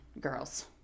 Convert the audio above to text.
girls